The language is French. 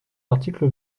l’article